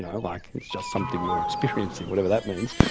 and like it's just something you're experiencing, whatever that means.